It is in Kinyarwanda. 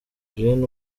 jeannine